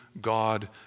God